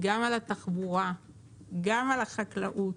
על התחבורה ועל החקלאות.